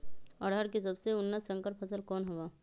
अरहर के सबसे उन्नत संकर फसल कौन हव?